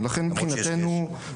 נכון, נכון.